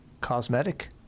Cosmetic